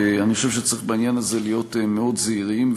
ואני חושב שצריך בעניין הזה להיות מאוד זהירים.